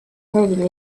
probably